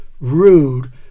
rude